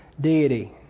deity